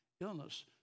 illness